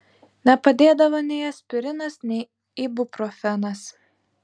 nepadėdavo nei aspirinas nei ibuprofenas